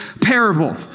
parable